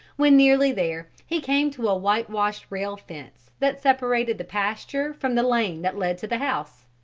when nearly there he came to a white-washed rail fence that separated the pasture from the lane that led to the house.